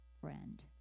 friend